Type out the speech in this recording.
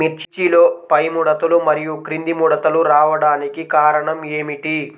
మిర్చిలో పైముడతలు మరియు క్రింది ముడతలు రావడానికి కారణం ఏమిటి?